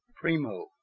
primo